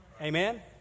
Amen